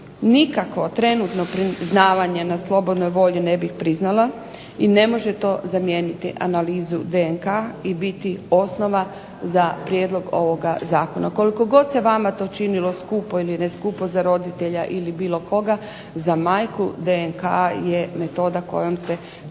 Nikako trenutno priznavanje na slobodnoj volji ne bih priznala i ne može to zamijeniti analizu DNK-a i biti osnova za prijedlog ovoga zakona. Koliko god se vama to činilo skupo ili ne skupo za roditelja ili bilo koga, za majku, DNK je metoda kojom se